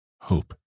Hope